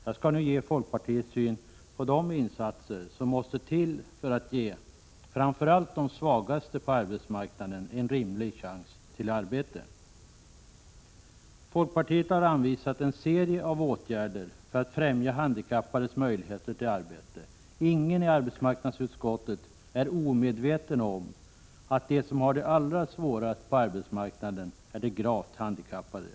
Jag skall nu ge folkpartiets syn på de insatser som måste till för att ge framför allt de svagaste på arbetsmarknaden en rimlig chans till arbete. möjligheter till arbete. Ingen i arbetsmarknadsutskottet är omedveten om att — Prot. 1986/87:94 just de gravt handikappade är de som har det allra svårast på arbetsmark 25 mars 1987 naden.